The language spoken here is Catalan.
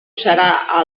serà